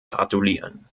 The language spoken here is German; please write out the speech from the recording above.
gratulieren